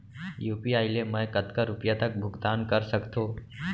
UPI ले मैं कतका रुपिया तक भुगतान कर सकथों